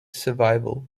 survival